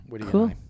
Cool